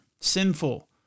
sinful